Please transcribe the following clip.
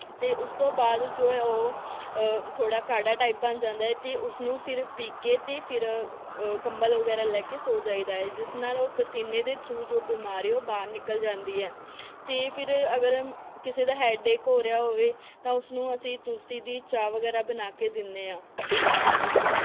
ਅਤੇ ਉਸ ਤੋਂ ਬਾਅਦ ਜੋ ਹੈ ਉਹ ਥੋੜ੍ਹਾ ਕਾੜਾ ਟਾਈਪ ਬਣ ਜਾਂਦਾ ਅਤੇ ਉਸਨੂੰ ਫਿਰ ਪੀ ਕੇ ਅਤੇ ਫਿਰ ਕੰਬਲ ਵਗੈਰਾ ਲੈ ਕੇ ਸੌ ਜਾਈਦਾ ਹੈ ਜਿਸ ਨਾਲ ਉਹ ਪਸੀਨੇ ਦੇ ਥਰੂ ਜੋ ਬਿਮਾਰੀ ਉਹ ਬਾਹਰ ਨਿਕਲ ਜਾਂਦੀ ਹੈ ਅਤੇ ਫਿਰ ਅਗਰ ਕਿਸੇ ਦਾ ਹੈਡਡੇਕ ਹੋ ਰਿਹਾ ਹੋਵੇ ਤਾਂ ਉਸਨੂੰ ਅਸੀਂ ਤੁਲਸੀ ਦੀ ਚਾਹ ਵਗੈਰਾ ਬਣਾ ਕੇ ਦਿੰਦੇ ਹਾਂ ਥੈਂਕ ਯੂ